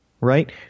right